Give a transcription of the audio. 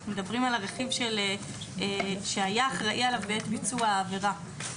אנחנו מדברים על הרכיב "שהיה אחראי עליו בעת ביצוע העבירה".